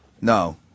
no